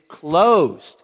closed